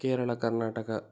Kerala Karnataka